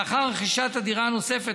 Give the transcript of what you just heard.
לאחר רכישת הדירה הנוספת,